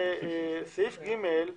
לסעיף (ג),